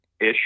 ish